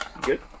good